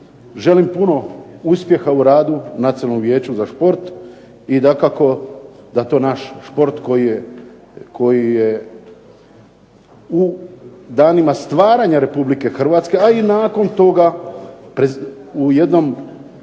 želim puno uspjeha u radu Nacionalnom vijeću za šport i dakako da to naš šport koji je u danima stvaranja Republike Hrvatske, a i nakon toga u jednom